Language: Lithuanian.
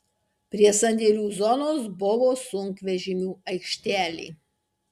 prie sandėlių zonos buvo sunkvežimių aikštelė